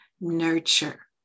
nurture